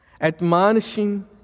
admonishing